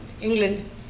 England